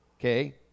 Okay